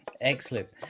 Excellent